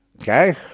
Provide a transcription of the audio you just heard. okay